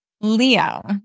Leo